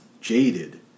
jaded